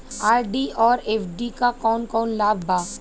RD और FD क कौन कौन लाभ बा?